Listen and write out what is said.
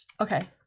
Okay